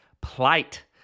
plight